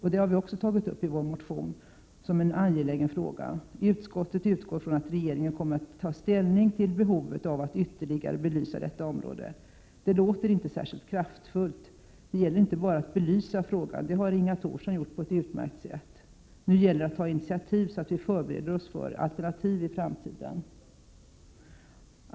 Den saken har vi också tagit upp i vår motion som en mycket angelägen fråga. Utskottet utgår från att regeringen kommer att ta ställning till behovet av ytterligare belysning av detta område. Men det låter inte särskilt kraftfullt. Det gäller ju att inte bara belysa frågan — det har för övrigt Inga Thorsson gjort på ett utmärkt sätt —, utan också att ta initiativ, så att vi kan förbereda oss för alternativ i framtiden.